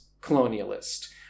colonialist